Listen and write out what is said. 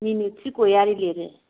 मिनिखि गयारि लिरो